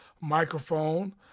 microphone